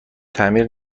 تعمیر